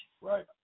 right